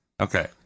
Okay